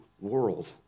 world